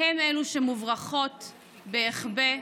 הן שמוברחות בהיחבא,